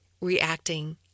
reacting